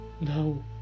No